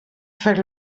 fer